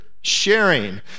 sharing